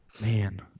Man